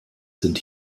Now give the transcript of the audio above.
sind